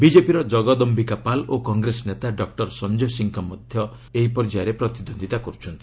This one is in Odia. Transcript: ବିଜେପିର ଜଗଦୟିକା ପାଲ୍ ଓ କଂଗ୍ରେସ ନେତା ଡକ୍ଟର ସଞ୍ଜୟ ସିଂହ ମଧ୍ୟ ଏହି ପର୍ଯ୍ୟାୟରେ ପ୍ରତିଦ୍ୱନ୍ଦିତା କରୁଛନ୍ତି